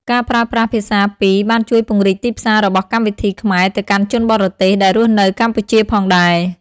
ការប្រើប្រាស់ភាសាពីរបានជួយពង្រីកទីផ្សាររបស់កម្មវិធីខ្មែរទៅកាន់ជនបរទេសដែលរស់នៅកម្ពុជាផងដែរ។